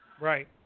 Right